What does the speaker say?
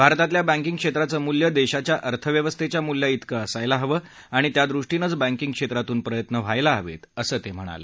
भारतातल्या बँकीग क्षेत्राचं मूल्य देशाच्या अर्थव्यवस्थेच्या मुल्याइतकं असायला हवं आणि त्यादृष्टीनंच बँकीग क्षेत्रातून प्रयत्न व्हायला हवेत असं त्यांनी सांगितलं